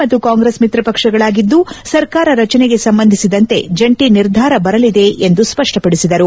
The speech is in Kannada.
ಮತ್ತು ಕಾಂಗ್ರೆಸ್ ಮಿತ್ರಪಕ್ಷಗಳಾಗಿದ್ದು ಸರ್ಕಾರ ರಚನೆಗೆ ಸಂಬಂಧಿಸಿದಂತೆ ಜಂಟಿ ನಿರ್ಧಾರ ಬರಲಿದೆ ಎಂದು ಸ್ಪಷ್ಟಪಡಿಸಿದರು